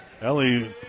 Ellie